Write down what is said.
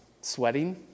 sweating